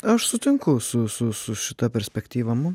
aš sutinku su su su šita perspektyva